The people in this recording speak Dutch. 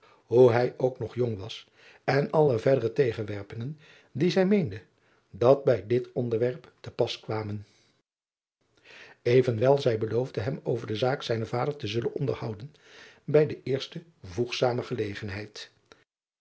hoe hij ook nog jong was en alle verdere tegenwerpingen die zij meende dat bij dit onderwerp te pas kwamen venwel zij beloofde hem over de zaak zijnen vader te zullen onderhouden bij de eerste voegzame gelegenheid